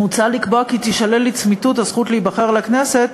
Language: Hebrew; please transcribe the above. מוצע לקבוע כי תישלל לצמיתות הזכות להיבחר לכנסת